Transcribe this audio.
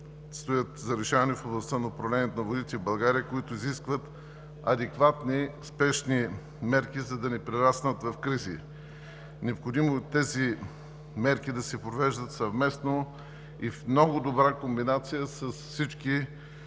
стоят за решаване в областта на управлението на водите в България, които изискват адекватни спешни мерки, за да не прераснат в кризи. Необходимо е тези мерки да се провеждат съвместно и в много добра комбинация с всички